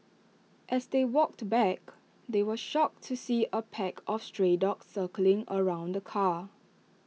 as they walked back they were shocked to see A pack of stray dogs circling around the car